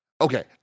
Okay